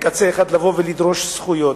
מקצה אחד לבוא ולדרוש זכויות,